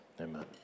amen